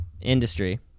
industry